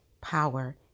power